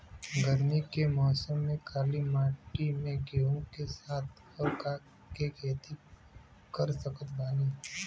गरमी के मौसम में काली माटी में गेहूँ के साथ और का के खेती कर सकत बानी?